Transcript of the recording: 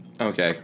Okay